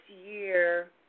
year